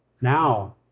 Now